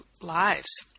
lives